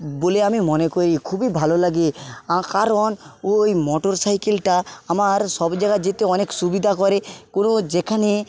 বলে আমি মনে করি খুবই ভালো লাগে কারণ ওই মোটর সাইকেলটা আমার সব জায়গায় যেতে অনেক সুবিধা করে যেখানে